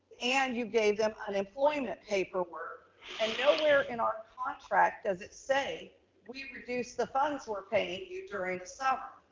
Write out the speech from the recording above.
and you gave them unemployment paperwork and nowhere in our contract does it say we reduce the funds we're paying you during summer.